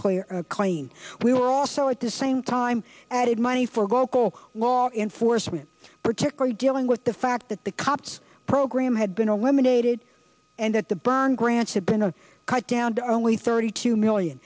clear clean we were also at the same time added money for global law enforcement particularly dealing with the fact that the cops program had been eliminated and that the burn grants had been to cut down to only thirty two million